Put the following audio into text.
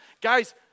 Guys